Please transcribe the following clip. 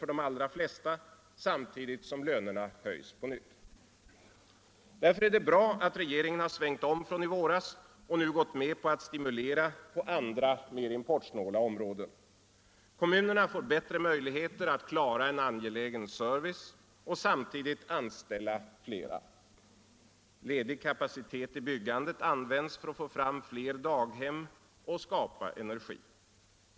för de allra flesta samtidigt som lönerna på nytt höjs. Därför är det bra att regeringen svängt om från i våras och nu gått med på att stimulera på andra, mer importsnåla områden. Kommunerna får bättre möjligheter att klara angelägen service och samtidigt anställa fler. Ledig kapacitet i byggandet används för att få fram fler daghem och spara energi.